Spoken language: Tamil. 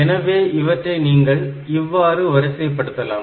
எனவே இவற்றை நீங்கள் இவ்வாறு வரிசை படுத்தலாம்